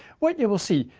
what you will see,